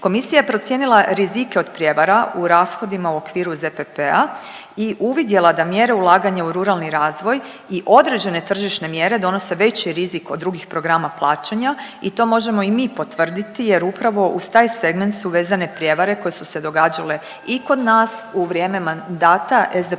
Komisija je procijenila rizike od prijevara u rashodima u okviru ZPP-a i uvidjela da mjere ulaganja u ruralni razvoj i određene tržišne mjere donose veći rizik do drugih programa plaćanja i to možemo i mi potvrditi jer upravo uz taj segment su vezane prijevare koje su se događale i kod nas u vrijeme mandata